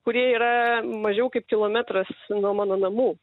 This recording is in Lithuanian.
kurie yra mažiau kaip kilometras nuo mano namų